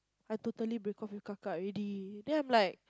I totally break off with Kaka already there I'm like